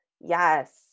Yes